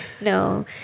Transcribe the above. No